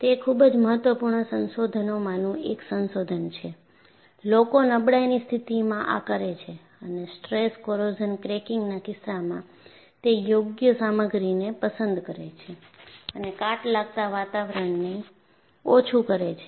તે ખૂબ જ મહત્વપૂર્ણ સંશોધનોમાંનું એક સંશોધન છે લોકો નબળાઈની સ્થિતિમાં આ કરે છે અને સ્ટ્રેસ કોરોઝન ક્રેકીંગના કિસ્સામાં તે યોગ્ય સામગ્રીને પસંદ કરે છે અને કાટ લાગતા વાતાવરણને ઓછું કરે છે